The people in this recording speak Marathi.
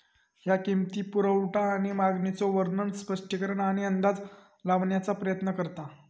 ह्या किंमती, पुरवठा आणि मागणीचो वर्णन, स्पष्टीकरण आणि अंदाज लावण्याचा प्रयत्न करता